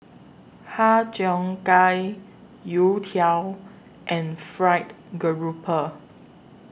Har Cheong Gai Youtiao and Fried Garoupa